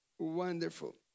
Wonderful